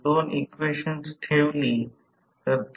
जे सामान्यतः बनवलेल्या केलेल्या मोटारसाठी असते